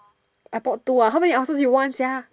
I bought two ah how many ulcers you want sia